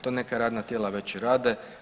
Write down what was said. To neka radna tijela već rade.